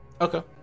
okay